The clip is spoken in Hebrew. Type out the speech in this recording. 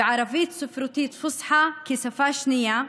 וערבית ספרותית (מתרגמת את המילה לערבית) כשפה שנייה,